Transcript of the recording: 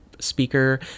speaker